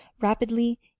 rapidly